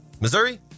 Missouri